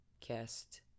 cast